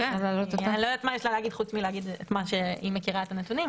אני לא יודעת מה יש לה להגיד חוץ מלהגיד את מה שהיא מכירה מהנתונים,